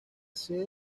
sede